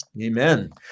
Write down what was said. amen